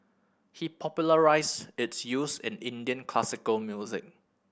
he popularised its use in Indian classical music